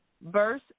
verse